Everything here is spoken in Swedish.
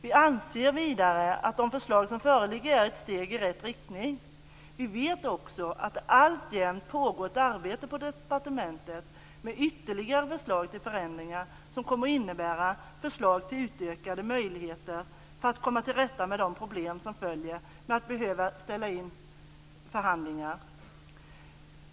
Vidare anser vi att de förslag som föreligger är ett steg i rätt riktning. Vi vet också att det alltjämt på departementet pågår ett arbete med ytterligare förslag till förändringar som kommer att innebära att utökade möjligheter föreslås för att komma till rätta med de problem som följer av att behöva ställa in förhandlingar.